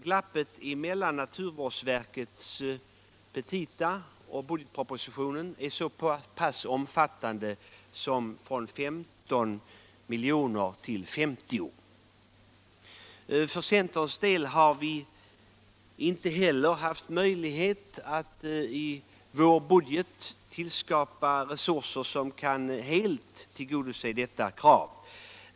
Glappet mellan naturvårdsverkets petita och budgetpropositionen är så omfattande att det sträcker sig från 15 till 50 miljoner. För centerns del har vi inte heller haft möjlighet att i vår budget tillskapa resurser som helt kan tillgodose detta krav.